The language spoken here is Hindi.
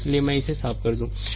इसलिए मैं इसे साफ कर दूं सही